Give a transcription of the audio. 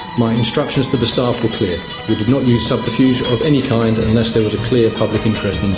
my instructions to the staff were clear we did not use subterfuge of any kind unless there was a clear public interest in